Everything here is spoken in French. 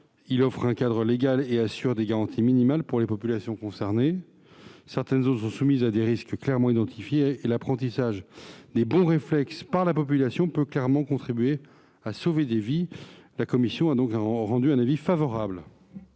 Il offre un cadre légal et assure des garanties minimales pour les populations concernées. Certaines zones sont soumises à des risques clairement identifiés, et l'apprentissage des bons réflexes par la population peut clairement contribuer à sauver des vies. La commission a donc émis un avis favorable.